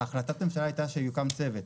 החלטת הממשלה הייתה שיוקם צוות.